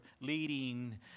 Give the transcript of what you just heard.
leading